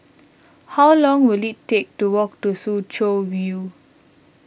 how long will it take to walk to Soo Chow View